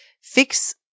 fix